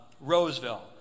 Roseville